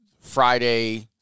Friday